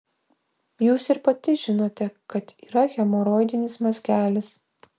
jūs ir pati žinote kad yra hemoroidinis mazgelis